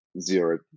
Zero